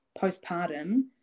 postpartum